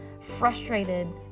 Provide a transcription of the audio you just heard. frustrated